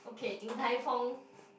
okay Din-Tai-Fung